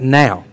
now